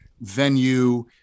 venue